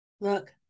look